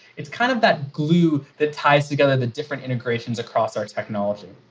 it's kind of that glue that ties together the different integrations across our technology.